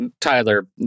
Tyler